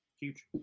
Huge